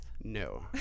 No